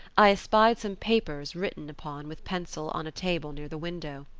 i espied some papers written upon with pencil on a table near the window.